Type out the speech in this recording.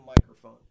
microphone